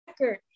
record